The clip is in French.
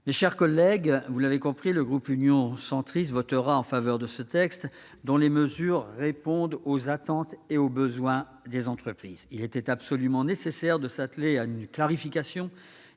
Mes chers collègues, le groupe Union Centriste, vous l'avez compris, votera en faveur de ce texte, dont les mesures répondent aux attentes et aux besoins des entreprises. Il était absolument nécessaire de s'atteler à une clarification